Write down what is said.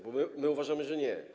Bo my uważamy, że nie.